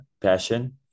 passion